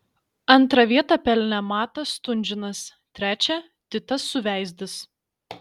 antrą vietą pelnė matas stunžinas trečią titas suveizdis